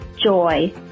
joy